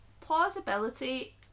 plausibility